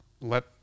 let